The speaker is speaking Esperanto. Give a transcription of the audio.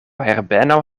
herbeno